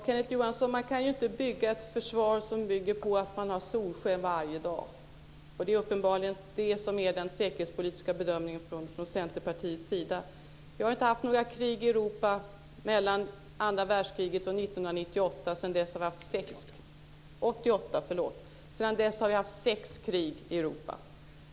Fru talman! Man kan inte bygga ett försvar på att det är solsken varje dag men det är uppenbarligen det som är den säkerhetspolitiska bedömningen från Vi har inte haft några krig i Europa mellan andra världskriget och 1988. Sedan dess har det varit sex krig i Europa.